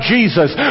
Jesus